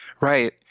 Right